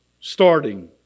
starting